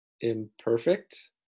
imperfect